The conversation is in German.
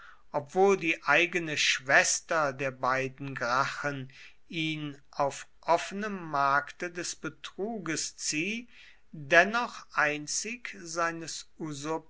obwohl die eigene schwester der beiden gracchen ihn auf offenem markte des betruges zieh dennoch einzig seines